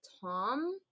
Tom